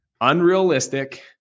unrealistic